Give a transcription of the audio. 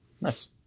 nice